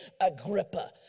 Agrippa